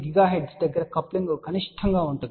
8 GHz దగ్గర coupling కనిష్టంగా ఉంటుంది